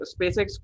SpaceX